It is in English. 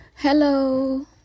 hello